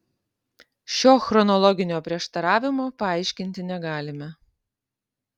šio chronologinio prieštaravimo paaiškinti negalime